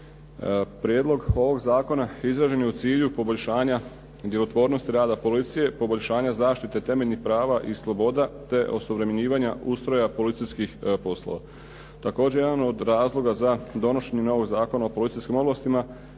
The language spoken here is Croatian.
Prijedlog ovog zakona izražen je u cilju poboljšanja djelotvornosti rada policije, poboljšanja zaštite temeljnih prava i sloboda, te osuvremenjivanja ustroja policijskih poslova. Također jedan od razloga za donošenje novog Zakona o policijskim ovlastima